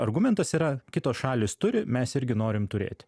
argumentas yra kitos šalys turi mes irgi norim turėti